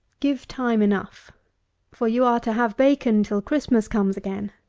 give time enough for you are to have bacon till christmas comes again.